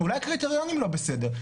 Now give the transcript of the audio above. אולי הקריטריונים לא בסדר?